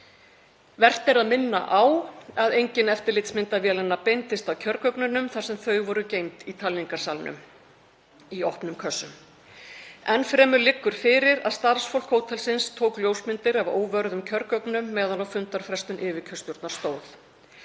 Vert er að minna á að engin eftirlitsmyndavélanna beindist að kjörgögnunum þar sem þau voru geymd í talningarsalnum í opnum kössum. Enn fremur liggur fyrir að starfsfólk hótelsins tók ljósmyndir af óvörðum kjörgögnum meðan á fundarfrestun yfirkjörstjórnar stóð.